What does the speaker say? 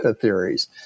theories